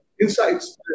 insights